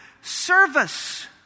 service